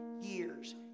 years